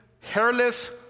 hairless